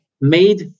made